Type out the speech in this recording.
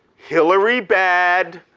hillary bad,